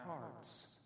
hearts